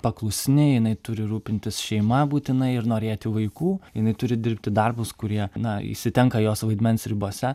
paklusni jinai turi rūpintis šeima būtinai ir norėti vaikų jinai turi dirbti darbus kurie na įsitenka jos vaidmens ribose